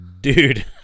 dude